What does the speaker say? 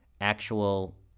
actual